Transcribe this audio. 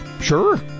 Sure